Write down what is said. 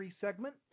segment